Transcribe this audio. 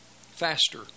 faster